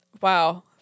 Wow